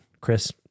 Chris